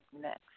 next